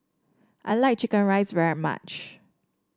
I like chicken rice very much